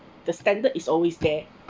the standard is always there